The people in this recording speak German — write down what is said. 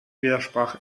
widersprach